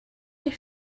die